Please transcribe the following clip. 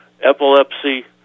epilepsy